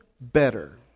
better